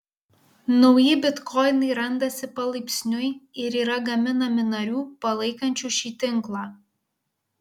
nauji bitkoinai randasi palaipsniui ir yra gaminami narių palaikančių šį tinklą